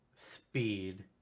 speed